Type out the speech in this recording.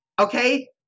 Okay